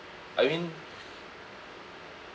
I mean